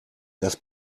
das